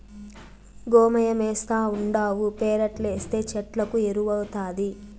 గోమయమేస్తావుండావు పెరట్లేస్తే చెట్లకు ఎరువౌతాది